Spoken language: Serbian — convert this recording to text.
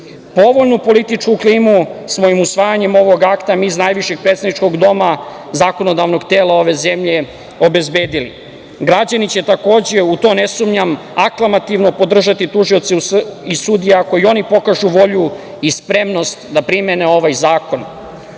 sudovi. Povoljnu političku klimu smo, usvajanjem ovog akta mi iz najvišeg predstavničkog doma, zakonodavnog tela ove zemlje, obezbedili. Građani će takođe, u to ne sumnjam, aklamativno podržati tužioce i sudije ako oni pokažu volju i spremnost da primene ovaj zakon,